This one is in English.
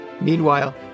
Meanwhile